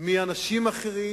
מאנשים אחרים,